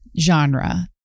genre